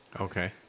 Okay